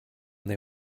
they